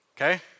okay